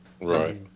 right